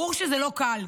ברור שזה לא קל,